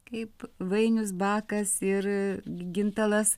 kaip vainius bakas ir gintalas